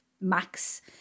max